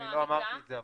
אני לא אמרתי את זה,